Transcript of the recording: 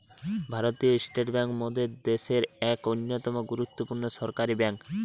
ভারতীয় state bank মোদের দ্যাশের এক অন্যতম গুরুত্বপূর্ণ সরকারি বেঙ্ক